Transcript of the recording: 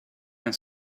and